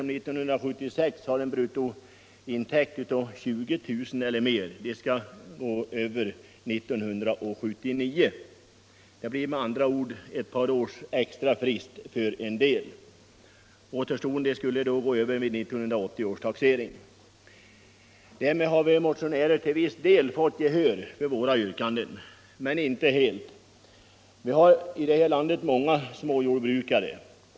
Därmed har vi motionärer till viss del men inte helt fått gehör för våra yrkanden. Vi har i vårt land många små jordbrukare.